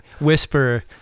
whisper